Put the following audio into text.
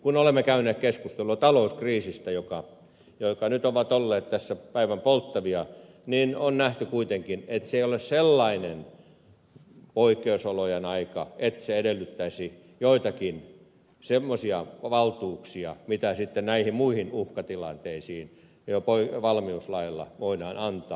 kun olemme käyneet keskustelua talouskriiseistä jotka nyt ovat olleet päivänpolttavia niin on nähty kuitenkin että se ei ole sellainen poikkeusolojen aika että se edellyttäisi joitakin semmoisia valtuuksia mitä sitten näihin muihin uhkatilanteisiin valmiuslailla voidaan antaa